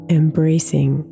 embracing